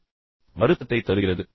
அது நமக்கு வருத்தத்தைத் தருகிறது